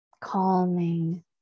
calming